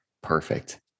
Perfect